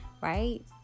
right